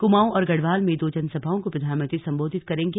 कुमाऊं और गढ़वाल में दो जनसभाओं को प्रधानमंत्री संबोधित करेंगे